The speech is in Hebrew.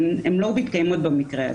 לא מתקיימות במקרה הזה.